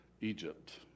Egypt